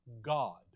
God